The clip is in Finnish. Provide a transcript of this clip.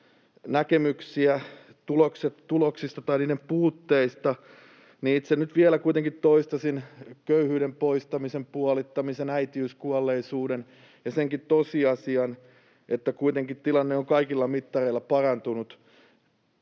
näkemyksiä tuloksista tai niiden puutteista, niin itse nyt vielä kuitenkin toistaisin köyhyyden poistamisen puolittamisen, äitiyskuolleisuuden vähenemisen ja senkin tosiasian, että tilanne on kaikilla mittareilla parantunut,